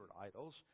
idols